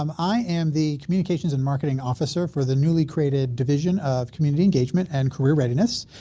um i am the communications and marketing officer for the newly created division of community engagement and career readiness.